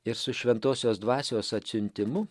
ir su šventosios dvasios atsiuntimu